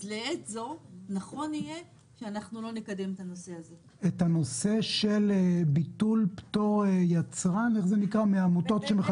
כל התקנים שיועדו במסגרת הרפורמה צבועים לנושא הזה של אכיפה ומשמשים רק